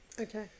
Okay